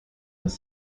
was